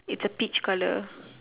it's a peach colour